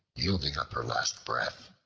yielding up her last breath,